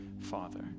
Father